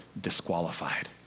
disqualified